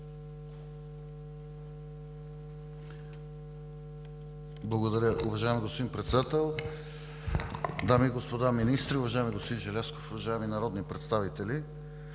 Благодаря, уважаеми господин Председател. Дами и господа министри, уважаеми господин Желязков, уважаеми народни представители!